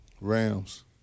Rams